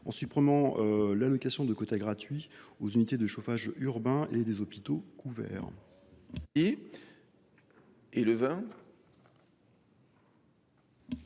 en supprimant l’allocation de quotas gratuits aux unités de chauffage urbain et aux hôpitaux couverts. L’amendement n° 20,